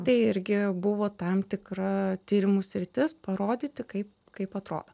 tai irgi buvo tam tikra tyrimų sritis parodyti kaip kaip atrodo